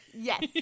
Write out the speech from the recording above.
Yes